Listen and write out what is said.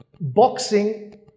boxing